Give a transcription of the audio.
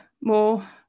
more